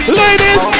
ladies